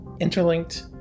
interlinked